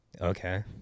Okay